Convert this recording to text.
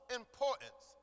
importance